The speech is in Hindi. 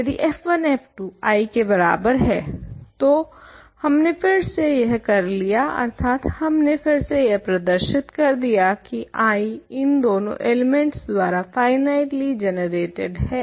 यदि f1 f2 I के बराबर है तो हमने फिरसे यह कर लिया अर्थात हमने फिरसे यह प्रदर्शित कर दिया की I इन दोनों एलिमेंट्स द्वारा फाइनाइटली जनरेटेड है